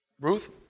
Ruth